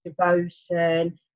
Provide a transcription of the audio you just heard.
devotion